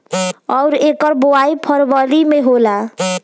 अउर एकर बोवाई फरबरी मे होला